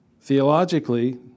theologically